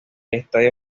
estadio